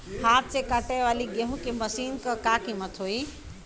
हाथ से कांटेवाली गेहूँ के मशीन क का कीमत होई?